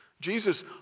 Jesus